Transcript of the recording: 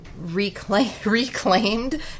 reclaimed